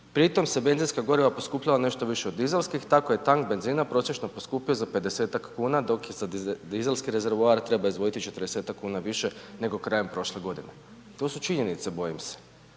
Pri tome su benziska goriva poskupjela nešto više od dizelskih, tako je tank benzina prosječno poskupio za 50-ak kuna dok za dizelski rezervoar treba izdvojiti 40-ak kuna više nego krajem prošle godine. To su činjenice bojim se.